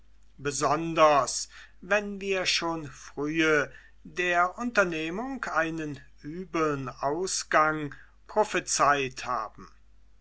besonders wenn wir schon frühe der unternehmung einen übeln ausgang prophezeit haben